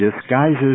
disguises